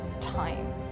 time